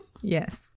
Yes